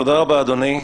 תודה רבה, אדוני.